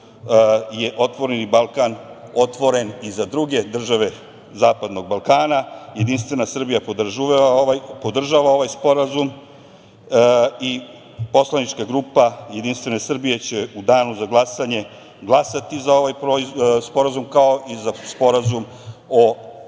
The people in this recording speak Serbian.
je „Otvoreni Balkan“ otvoren i za druge države zapadnog Balkana Jedinstvena Srbija podržava ovaj sporazum. Poslanička grupa Jedinstvene Srbije će u danu za glasanje glasati za ovaj sporazum, kao i za Sporazum o